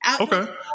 Okay